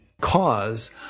cause